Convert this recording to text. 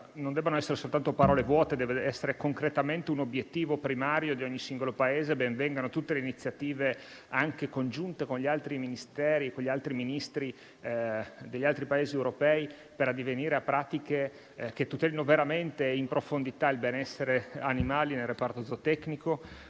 non debbano corrispondere soltanto parole vuote, ma vi debba essere un concreto obiettivo primario di ogni singolo Paese. Ben vengano, pertanto, tutte le iniziative, anche congiunte, con gli altri Ministeri e Ministri degli altri Paesi europei per addivenire a pratiche che tutelino veramente in profondità il benessere animale nel reparto zootecnico.